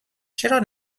چرا